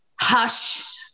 Hush